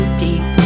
deep